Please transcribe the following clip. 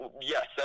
yes